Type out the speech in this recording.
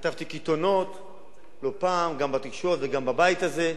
חטפתי קיתונות לא פעם, גם בתקשורת וגם בבית הזה,